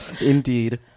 indeed